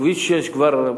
כביש 6 כבר,